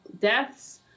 deaths